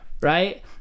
right